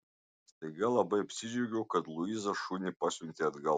staiga labai apsidžiaugiau kad luiza šunį pasiuntė atgal